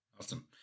Awesome